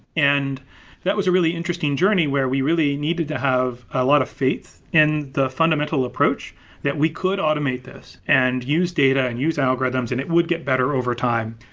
and that was a really interesting journey where we really needed to have a lot of faith in the fundamental approach that we could automate this and use data and use algorithms and it would get better over time.